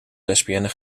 lesbienne